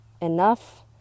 enough